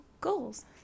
goals